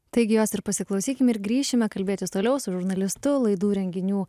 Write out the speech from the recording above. taigi jos ir pasiklausykim ir grįšime kalbėtis toliau su žurnalistu laidų renginių